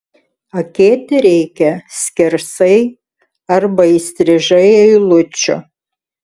akėti reikia skersai arba įstrižai eilučių